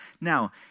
Now